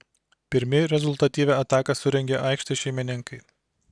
pirmi rezultatyvią ataką surengė aikštės šeimininkai